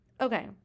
okay